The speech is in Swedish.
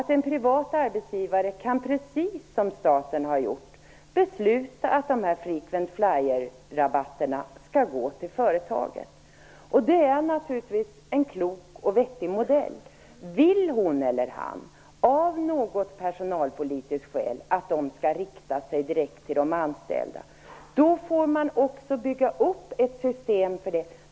En privat arbetsgivare kan precis som staten har gjort besluta att frequent flyer-rabatterna skall gå till företaget. Det är naturligtvis en klok och vettig modell. Vill hon eller han av något personalpolitiskt skäl att de skall rikta sig direkt till de anställda, då får man bygga upp ett system.